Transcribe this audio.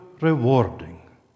rewarding